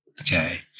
Okay